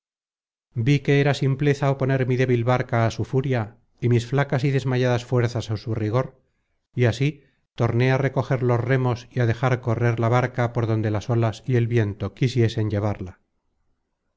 vi que era simpleza oponer mi débil barca á su furia y mis flacas y desmayadas fuerzas á su rigor y así torné á recoger los remos y á dejar correr la barca por donde las olas y el viento quisiesen llevarla